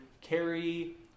carry